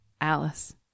Alice